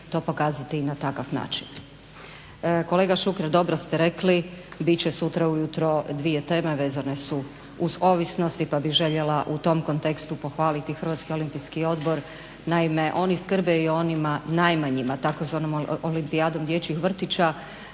to pokazati i na takav način. Kolega Šuker dobro ste rekli bit će sutra ujutro dvije teme vezane su uz ovisnost pa bih željela u tom kontekstu pohvaliti Hrvatski olimpijski odbor. Naime, oni skrbe i onima najmanjima tzv. Olimpijadom dječjih vrtića